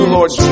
Lord